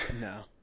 No